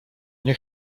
nie